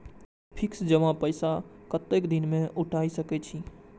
Fix जमा पैसा कतेक दिन में उठाई सके छी?